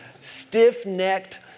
Stiff-necked